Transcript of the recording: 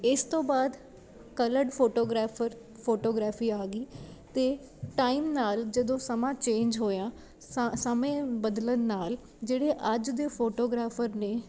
ਇਸ ਤੋਂ ਬਾਅਦ ਕਲਰਡ ਫੋਟੋਗ੍ਰਾਫਰ ਫੋਟੋਗ੍ਰਾਫੀ ਆ ਗਈ ਅਤੇ ਟਾਈਮ ਨਾਲ ਜਦੋਂ ਸਮਾਂ ਚੇਂਜ ਹੋਇਆ ਸਾ ਸਮੇਂ ਬਦਲਣ ਨਾਲ ਜਿਹੜੇ ਅੱਜ ਦੇ ਫੋਟੋਗ੍ਰਾਫਰ ਨੇ